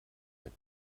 mit